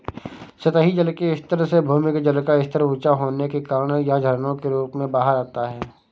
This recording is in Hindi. सतही जल के स्तर से भूमिगत जल का स्तर ऊँचा होने के कारण यह झरनों के रूप में बाहर आता है